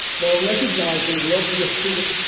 while recognising the obvious